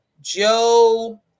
Joe